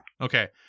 Okay